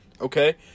Okay